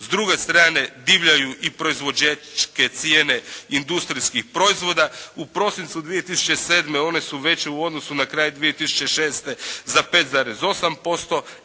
S druge strane divljaju i proizvođačke cijene industrijskih proizvoda. U prosincu 2007. one su već u odnosu na kraj 2006. za 5,8%.